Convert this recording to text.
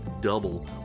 double